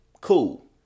Cool